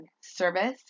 service